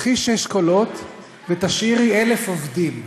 קחי שישה קולות ותשאירי 1,000 עובדים,